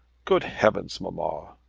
good heavens, mamma!